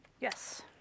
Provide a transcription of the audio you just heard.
Yes